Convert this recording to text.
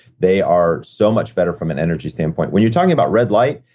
they are so much better from an energy standpoint. when you're talking about red light,